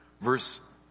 Verse